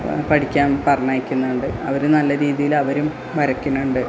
പഠിക്കാൻ പറഞ്ഞയക്കുന്നുണ്ട് അവർ നല്ല രീതിയിലവരും വരക്കണുണ്ട്